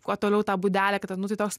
kuo toliau tą būdelę kad tą nu tai toks